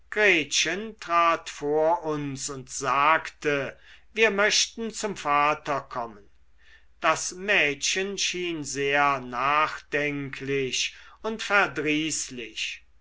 vor uns und sagte wir möchten zum vater kommen das mädchen schien sehr nachdenklich und verdrießlich